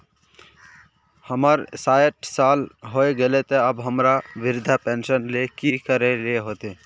हमर सायट साल होय गले ते अब हमरा वृद्धा पेंशन ले की करे ले होते?